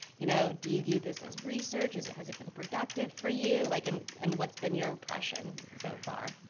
you know do you view this as research? has it has it been productive for you? like um and what's been your impression so far?